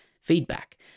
feedback